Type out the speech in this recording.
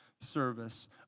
service